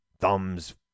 thumbs